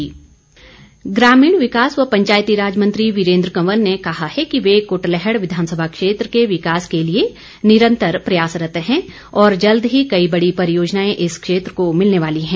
वीरेन्द्र कंवर ग्रामीण विकास व पंचायतीराज मंत्री वीरेन्द्र कंवर ने कहा है कि वे कुटलैहड़ विधानसभा क्षेत्र के विकास के लिए निरंतर प्रयासरत है और जल्द ही कई बड़ी परियोजनाएं इस क्षेत्र को मिलने वाली है